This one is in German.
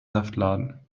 saftladen